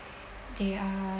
they are